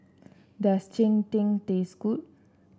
does Cheng Tng taste good